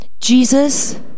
Jesus